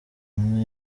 umwe